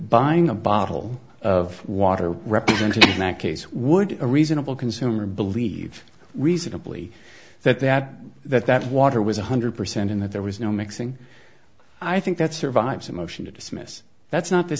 buying a bottle of water representing that case would a reasonable consumer believe reasonably that that that that water was one hundred percent and that there was no mixing i think that survives a motion to dismiss that's not th